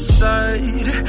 side